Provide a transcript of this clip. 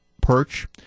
perch